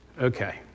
Okay